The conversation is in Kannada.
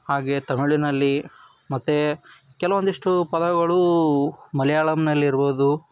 ಹಾಗೇ ತಮಿಳ್ನಲ್ಲಿ ಮತ್ತು ಕೆಲವೊಂದಿಷ್ಟು ಪದಗಳು ಮಲಯಾಳಮ್ನಲ್ಲಿರ್ಬೋದು